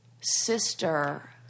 Sister